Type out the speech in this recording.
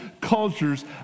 cultures